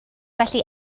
felly